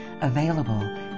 available